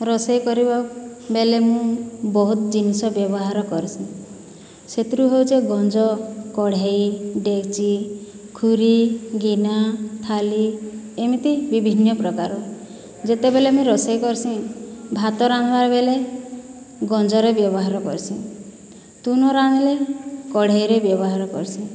ରୋଷେଇ କରିବା ବେଲେ ମୁଁ ବହୁତ୍ ଜିନିଷ ବ୍ୟବହାର କର୍ସିଁ ସେଥିରୁ ହଉଚେ ଗଞ୍ଜ କଢ଼େଇ ଡେକ୍ଚି ଖୁରୀ ଗିନା ଥାଲି ଏମିତି ବିଭିନ୍ନ ପ୍ରକାର ଯେତେବେଲେ ମୁଇଁ ରୋଷେଇ କର୍ସିଁ ଭାତ ରାନ୍ଧିବାର୍ ବେଲେ ଗଞ୍ଜର ବ୍ୟବହାର କର୍ସିଁ ତୁନ ରାନ୍ଧିଲେ କଢ଼େଇରେ ବ୍ୟବହାର କର୍ସିଁ